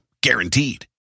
Guaranteed